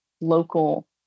local